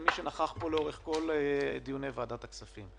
למי שנכח פה לאורך כל דיוני ועדת הכספים,